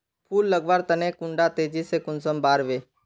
फुल लगवार तने कुंडा तेजी से कुंसम बार वे?